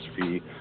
fee